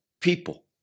people